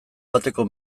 bateko